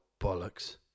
bollocks